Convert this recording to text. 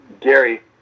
Gary